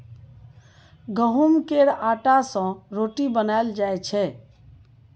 गहुँम केर आँटा सँ रोटी बनाएल जाइ छै